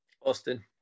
Austin